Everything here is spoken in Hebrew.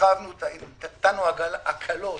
נתנו הקלות